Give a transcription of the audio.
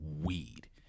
weed